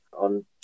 on